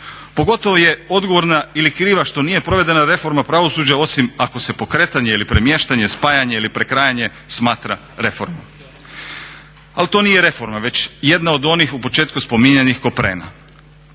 Pogotovo je odgovorna ili kriva što nije provedena reforma pravosuđa osim ako se pokretanje ili premještanje, spajanje ili prekrajanje smatra reformom. Ali to nije reforma već jedna od onih u početku spominjanih koprena.